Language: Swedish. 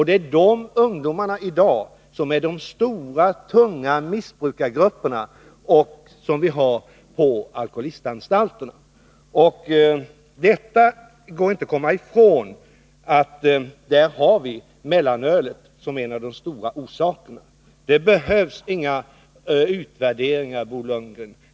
Det är dessa ungdomar som i dag utgör de stora och tunga missbrukargrupperna, som vi har på alkoholistanstalterna. Det går inte att komma ifrån att mellanölet här har varit en av de stora orsakerna. Det behövs inga utvärderingar, Bo Lundgren.